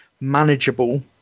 manageable